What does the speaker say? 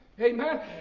Amen